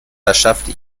verschaffte